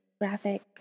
graphic